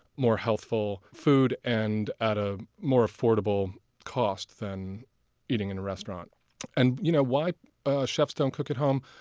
more healthful food and at a more affordable cost than eating in a restaurant and you know why chefs don't cook at home?